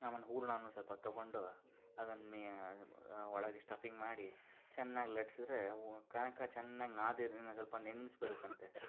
ಆಮೇಲೆ ಹೂರಣನು ಸ್ವಲ್ಪ ತಗೊಂಡು ಅದನ್ನ ಮಿ ಒಳಗೆ ಸ್ಟಫಿಂಗ್ ಮಾಡಿ ಚೆನ್ನಾಗಿ ಲಟ್ಟಿಸಿದ್ರೆ ಹೂ ಕನಕ ಚೆನ್ನಾಗಿ ನಾದಿದ್ರೆನೇ ಸ್ವಲ್ಪ ನೆನೆಸಿಬಿಡ್ಬೇಕಂತೆ